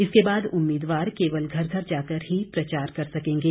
इसके बाद उम्मीदवार केवल घर घर जाकर ही प्रचार कर सकेंगे